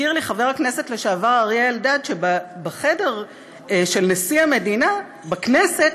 הזכיר לי חבר הכנסת לשעבר אריה אלדד שבחדר של נשיא המדינה בכנסת